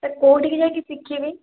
sir କେଉଁଠିକୁ ଯାଇକି ଶିଖିବି